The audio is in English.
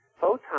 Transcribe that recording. Photon